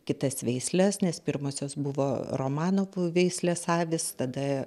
kitas veisles nes pirmosios buvo romanovų veislės avys tada